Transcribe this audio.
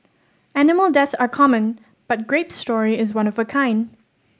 animal deaths are common but Grape's story is one of a kind